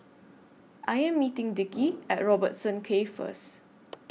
I Am meeting Dickie At Robertson Quay First